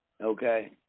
okay